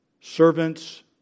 Servants